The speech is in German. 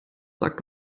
sag